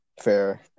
fair